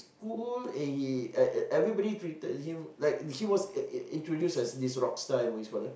school and he e~ e~ everybody greeted him like he was in~ in~ introduced as this rock star M_O_E scholar